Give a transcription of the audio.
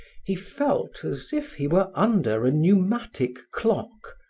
he felt as if he were under a pneumatic clock,